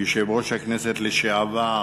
יושב-ראש הכנסת לשעבר